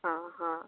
ହଁ ହଁ